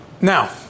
Now